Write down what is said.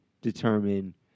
determine